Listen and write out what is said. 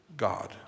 God